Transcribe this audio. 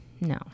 No